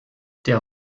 der